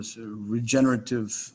regenerative